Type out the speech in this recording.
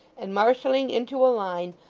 and marshalling into a line,